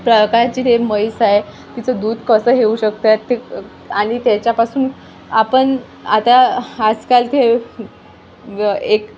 प्रकारची ती म्हैस आहे तिचं दूध कसं हे होऊ शकतंय ते आणि त्याच्यापासून आपण आता आजकाल ते एक